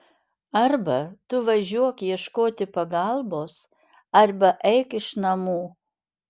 arba tu važiuok ieškoti pagalbos arba eik iš namų